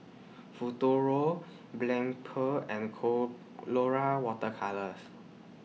Futuro Blephagel and Colora Water Colours